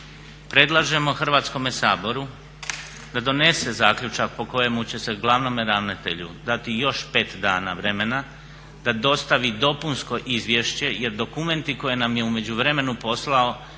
predlažemo Hrvatskome saboru da donese zaključak po kojemu će se glavnome ravnatelju dati još 5 dana vremena da dostavi dopunsko izvješće jer dokumenti koje nam je u međuvremenu poslao